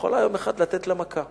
יכולה יום אחד לתת לה מכה.